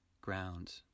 ground